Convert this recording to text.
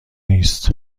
نیست